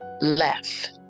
left